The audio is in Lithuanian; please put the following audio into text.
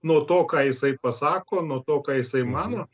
nuo to ką jisai pasako nuo to ką jisai mano